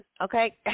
okay